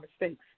mistakes